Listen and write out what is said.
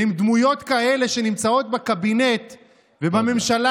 ועם דמויות כאלה שנמצאות בקבינט ובממשלה,